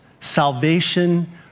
Salvation